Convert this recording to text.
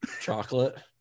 chocolate